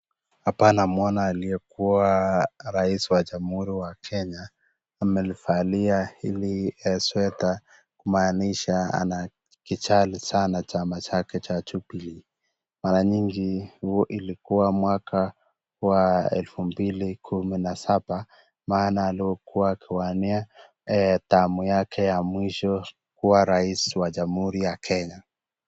Hapa namwona aliyekuwa rais wa jamuhuri ya Kenya , amelivalia eeh hili (sweater) kumaanisha anakijali sana chama chake cha Jubilee . Mara nyingi ilikuwa mwaka wa elfu mbili kumi na saba maana alikokuwa akiwania tamu yake ya mwisho kuwa rais wa Kenya.